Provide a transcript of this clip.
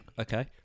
Okay